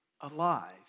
alive